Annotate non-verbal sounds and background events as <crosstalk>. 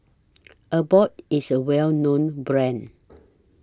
<noise> Abbott IS A Well known Brand